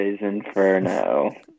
Inferno